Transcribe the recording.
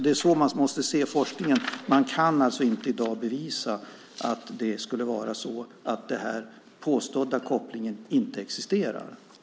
Det är så man måste se forskningen; man kan alltså inte i dag bevisa att den påstådda kopplingen inte existerar.